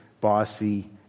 bossy